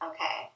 Okay